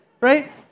right